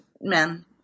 men